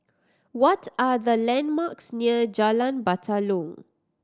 what are the landmarks near Jalan Batalong